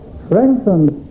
strengthened